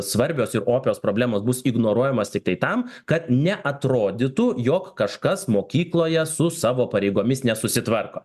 svarbios ir opios problemos bus ignoruojamos tiktai tam kad neatrodytų jog kažkas mokykloje su savo pareigomis nesusitvarko